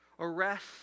Arrest